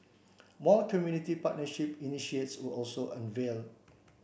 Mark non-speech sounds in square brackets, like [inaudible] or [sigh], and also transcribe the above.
more community partnership [unintelligible] were also unveiled